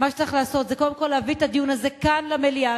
מה שצריך לעשות זה קודם כול להביא את הדיון הזה כאן למליאה,